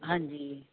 ਹਾਂਜੀ